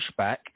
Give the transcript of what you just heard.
pushback